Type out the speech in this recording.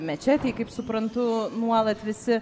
mečetėj kaip suprantu nuolat visi